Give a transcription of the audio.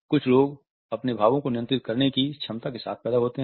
कुछ लोग अपने भावों को नियंत्रित करने की क्षमता के साथ पैदा होते हैं